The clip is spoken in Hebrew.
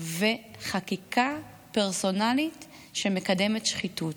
וחקיקה פרסונלית שמקדמת שחיתות.